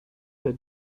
had